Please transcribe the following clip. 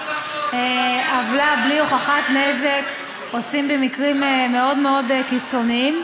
עוולה בלי הוכחת נזק עושים במקרים מאוד מאוד קיצוניים,